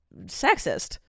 sexist